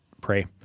pray